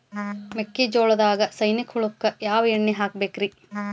ಮೆಕ್ಕಿಜೋಳದಾಗ ಸೈನಿಕ ಹುಳಕ್ಕ ಯಾವ ಎಣ್ಣಿ ಹೊಡಿಬೇಕ್ರೇ?